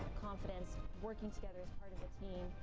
confidence, working together as part of a team,